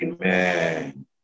Amen